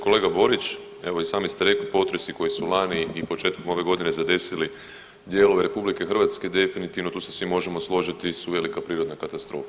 Kolega Borić, evo i sami ste rekli potresi koji su lani i početkom ove godine zadesili dijelove RH definitivno tu se svi možemo složiti su velika prirodna katastrofa.